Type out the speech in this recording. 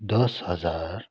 दस हजार